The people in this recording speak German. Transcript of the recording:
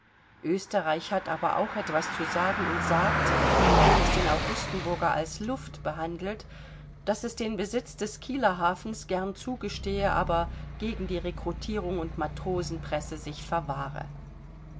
österreich hat aber auch etwas zu sagen und sagt indem es den augustenburger als luft behandelt daß es den besitz des kieler hafens gern zugestehe aber gegen die rekrutierung und matrosenpresse sich verwahre